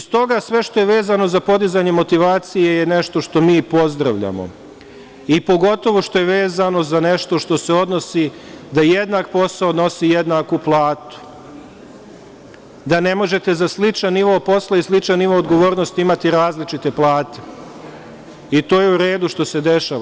S toga, sve što je vezano za podizanje motivacije je nešto što mi pozdravljamo, pogotovo što je vezano za nešto što se odnosi da jednak posao nosi jednaku platu, da ne možete za sličan nivo posla i sličan nivo odgovornosti imati različite plate i to je u redu što se dešava.